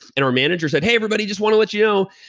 and our manager said, hey everybody, just want to let you know,